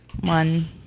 One